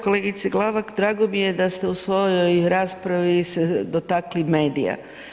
Kolegice Glavak, drago mi je da ste u svojoj raspravi se dotakli medija.